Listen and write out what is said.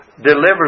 delivers